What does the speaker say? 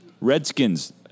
Redskins